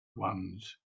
ones